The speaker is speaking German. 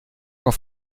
auf